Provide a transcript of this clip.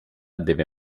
deve